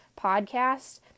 podcast